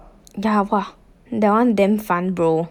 ja~ !wah! that one damn 烦 bro